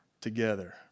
together